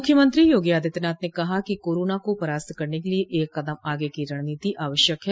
मुख्यमंत्री योगी आदित्यनाथ ने कहा कि कोरोना को परास्त करने के लिये एक कदम आगे की रणनोति आवश्यक है